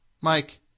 Mike